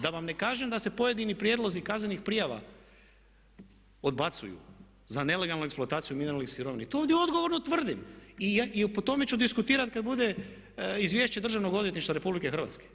Da vam ne kažem da se pojedini prijedlozi kaznenih prijava odbacuju za nelegalnu eksploataciju mineralnih sirovina i to ovdje odgovorno tvrdim i po tome ću diskutirati kad bude izvješće Državnog odvjetništva RH.